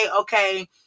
okay